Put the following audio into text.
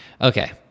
Okay